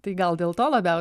tai gal dėl to labiaus